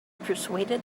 persuaded